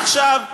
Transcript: עכשיו,